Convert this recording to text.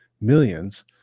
millions